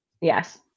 Yes